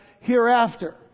hereafter